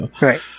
right